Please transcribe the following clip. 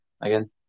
again